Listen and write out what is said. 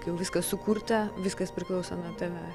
jau viskas sukurta viskas priklauso nuo tavęs